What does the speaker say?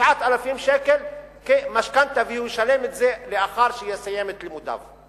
ו-9,000 שקלים כמשכנתה שהוא ישלם לאחר שיסיים את לימודיו.